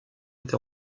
été